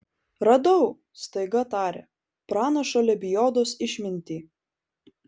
radau staiga tarė pranašo lebiodos išmintį